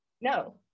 no